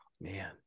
man